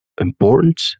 important